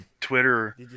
Twitter